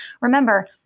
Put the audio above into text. remember